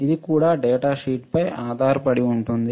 ఇది కూడా డేటాషీట్ పై ఆధారపడి ఉంటుంది